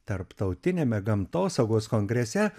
tarptautiniame gamtosaugos kongrese